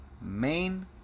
main